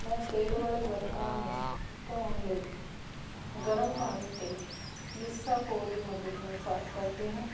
ਮੈਂ ਤੇਲ ਵਾਲੇ ਬਰਤਨਾਂ ਨੂੰ ਧੋਣ ਲਈ ਗਰਮ ਪਾਣੀ ਅਤੇ ਲੀਸਾ ਪੋਲ ਦੀ ਮਦਦ ਨਾਲ਼ ਸਾਫ਼ ਕਰਦੀ ਹਾਂ